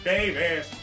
Davis